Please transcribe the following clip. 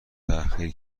تحقیر